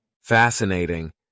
Fascinating